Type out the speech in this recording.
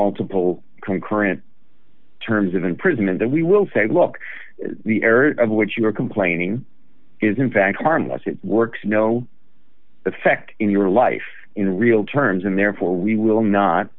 multiple concurrent terms of imprisonment that we will say look the area of which you are complaining is in fact harmless it works no effect in your life in real terms and therefore we will not